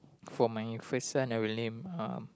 for my first son I would name um